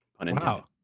Wow